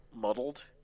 muddled